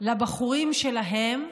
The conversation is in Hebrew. לבחורים שלהם,